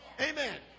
Amen